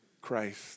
Christ